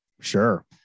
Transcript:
Sure